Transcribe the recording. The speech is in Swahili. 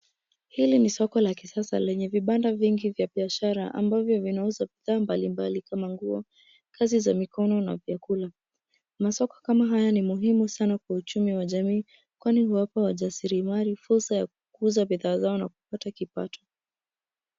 Hili ni soko la kisasa lenye vibanda vingi vya biashara ambavyo vinauza bidhaa mbalimbali kama nguo, kazi za mikono na vyakula. Masoko kama haya ni muhimu sana kwa uchumi wa jamii kwani huwapa wajasiriamali fursa ya kuuza bidhaa zao na kupata kipato